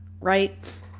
right